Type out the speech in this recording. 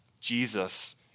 Jesus